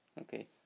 Okay